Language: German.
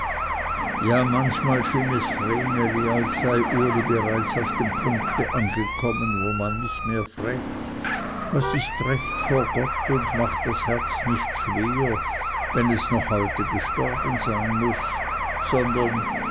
ja manchmal schien es vreneli als sei uli bereits auf dem punkte angekommen wo man nicht mehr frägt was ist recht vor gott und macht das herz nicht schwer wenn es noch heute gestorben sein muß sondern